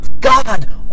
God